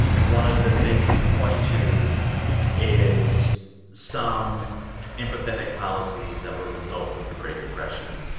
and one of the things you point to is some empathetic policies that were results of the great depression